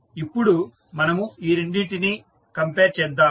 ఇప్పుడు మనము ఈ రెండింటినీ కంపేర్ చేద్దాము